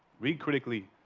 read critically,